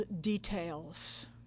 details